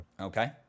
Okay